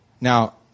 Now